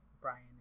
Brian